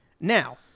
Now